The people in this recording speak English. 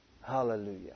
Hallelujah